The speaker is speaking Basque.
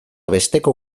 besteko